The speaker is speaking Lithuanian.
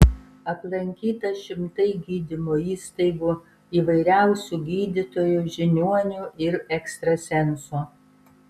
aplankyta šimtai gydymo įstaigų įvairiausių gydytojų žiniuonių ir ekstrasensų